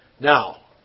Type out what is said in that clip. Now